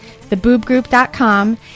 theboobgroup.com